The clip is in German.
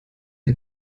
ein